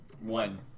one